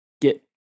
get